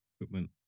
equipment